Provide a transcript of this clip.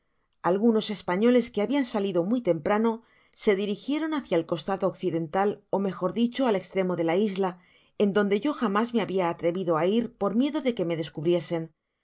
algunos españoles que habian salido muy tem prano se dirigieron hácia el costado occidental ó mejor dicho al estremo de la isla en donde yo jamás me habia atrevido á ir por miedo de que me descubriesen